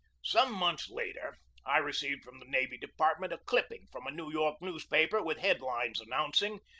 some months later i received from the navy de partment a clipping from a new york newspaper with head-lines announcing,